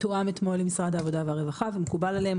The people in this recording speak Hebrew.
תואם אתמול עם משרד העבודה והרווחה ומקובל עליהם,